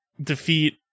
Defeat